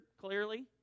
clearly